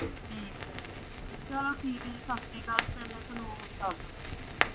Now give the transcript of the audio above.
ਠੀਕ ਹੈ ਜੀ ਚਲੋ ਠੀਕ ਹੈ ਜੀ ਸਤਿ ਸ਼੍ਰੀ ਅਕਾਲ ਫਿਰ ਮੈ ਤੁਹਾਨੂੰ ਉਹ ਦੱਸ ਦੱਸ ਦੂੰਗੀ